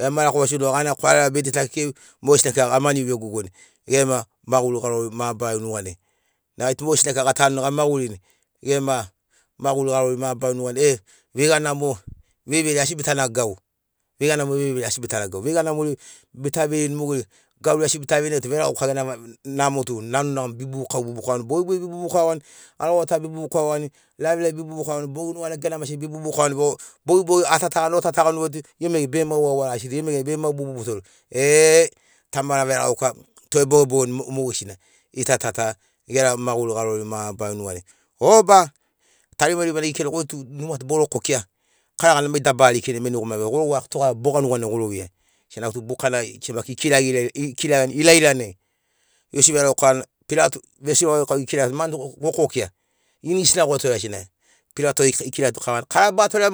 Ema rakarosini lo gana kwarera bedi ta kekei mogesina kika gama niu vegogoni gema maguri garori mabarari nuganai nai gai tu mogesina gatanuni gamagurini gema maguri garori kavana kara. mabarari nuganai veiga namo veiveiri asi bitana gau veiga namori veiveiri asi tana gauveiga namori bita veirini mogeri gauveiri asi bita veirini nai tu veregauka gena namo tu nanu nogamogo be bubukau bubukauani bogibogi bebubukauani garogota bebubukauani lavilavi bebubukauani lavilavi bebubukauani bogi nuganai gena masemaseai bebubukauani o bogibogi otatagani otatagani mo tu gemu maigeri begema varagasini gemu maigeri begema bubutoreni e tamara veregauka tu ebogebogeni mogesina gita ta ta gera maguri garori mabarari nugariai oba tarima na gikiragianigoi tu numa tu boro kokia karagana. karagana mai dabara likinai mai nai goma veiato goro gwatogaia boga nuganai goro veia senagiau tu bukana kika gikiragiani ilailanai iesu veregauka <> gekiragiato mai tu gokokia inigesina go torea senagina pilato ikirato batorea